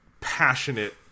Passionate